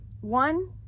one